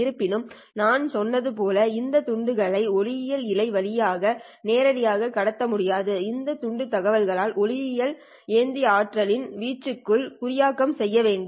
இருப்பினும் நான் சொன்னது போல இந்த துண்டுகளை ஒளியியல் இழை வழியாக நேரடியாக கடத்த முடியாது இந்த துண்டு தகவலை ஒளியியல் ஒளியியல் ஏந்தி ஆற்றலின் வீச்சுக்குள் குறியாக்கம் செய்ய வேண்டும்